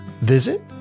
visit